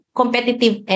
competitive